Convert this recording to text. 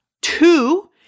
Two